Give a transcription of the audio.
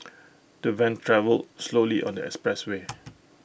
the van travelled slowly on the expressway